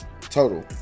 total